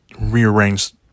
rearrange